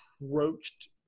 approached